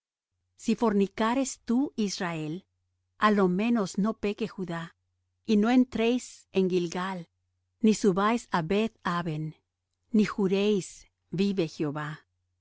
si fornicarés tú israel á lo menos no peque judá y no entréis en gilgal ni subáis á beth aven ni juréis vive jehová